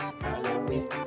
Halloween